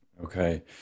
Okay